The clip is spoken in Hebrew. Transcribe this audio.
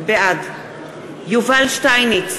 בעד יובל שטייניץ,